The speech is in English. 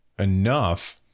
enough